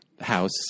house